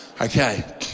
Okay